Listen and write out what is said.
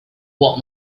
what